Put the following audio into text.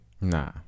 Nah